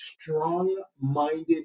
strong-minded